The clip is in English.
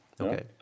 Okay